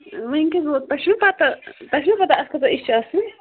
وۅنۍ کیٛازِ ووت تۄہہِ چھُو پَتہٕ تۄہہِ چھُو نا پَتہٕ اَسہِ کۭژاہ یہِ چھِ آسان